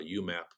UMAP